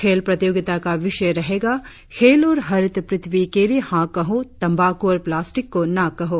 खेल प्रतियोगिता का विषय रहेगा खेल और हरीत प्रथ्वी के लिए हाँ कहों तंबाकू और प्लास्टिक को ना कहों